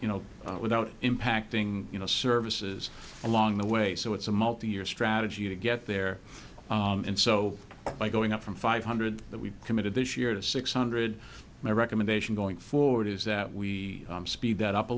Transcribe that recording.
you know without impacting you know services along the way so it's a multiyear strategy to get there and so by going up from five hundred that we've committed this year to six hundred my recommendation going forward is that we speed that up a